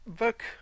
Look